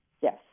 Yes